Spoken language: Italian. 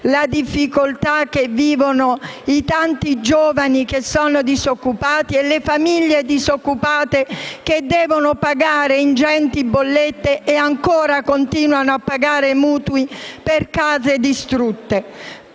la difficoltà che vivono i tanti giovani disoccupati e le famiglie che devono pagare ingenti bollette e ancora continuano a pagare mutui per case distrutte.